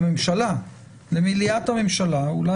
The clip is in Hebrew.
למליאת הממשלה, לומר